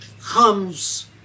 comes